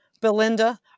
Belinda